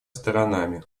сторонами